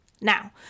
Now